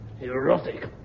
erotic